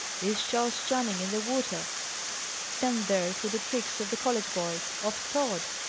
is charles channing in the water sent there through the tricks of the college boys of tod?